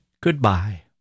goodbye